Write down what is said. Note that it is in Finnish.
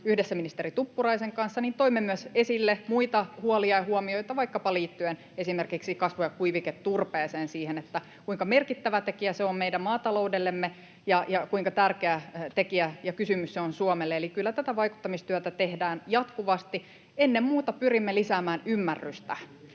yhdessä ministeri Tuppuraisen kanssa, toimme esille myös muita huolia ja huomioita vaikkapa liittyen esimerkiksi kasvu- ja kuiviketurpeeseen — siihen, kuinka merkittävä tekijä se on meidän maataloudellemme ja kuinka tärkeä tekijä ja kysymys se on Suomelle. Eli kyllä tätä vaikuttamistyötä tehdään jatkuvasti. Ennen muuta pyrimme lisäämään ymmärrystä.